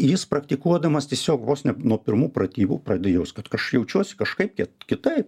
jis praktikuodamas tiesiog vos ne nuo pirmų pratybų pradeda jaust kad aš jaučiuosi kažkaip ke kitaip